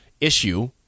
issue